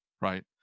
right